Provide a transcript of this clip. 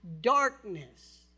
Darkness